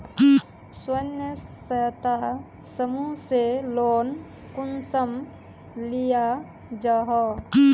स्वयं सहायता समूह से लोन कुंसम लिया जाहा?